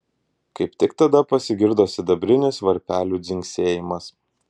kaip tik tada pasigirdo sidabrinis varpelių dzingsėjimas